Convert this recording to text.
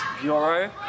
Bureau